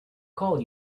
call